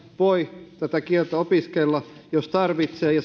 voi tätä kieltä opiskella jos tarvitsee